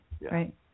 right